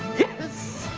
yes!